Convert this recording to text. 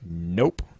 nope